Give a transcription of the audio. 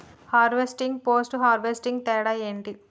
Harvesting, post harvesting తేడా ఏంటి?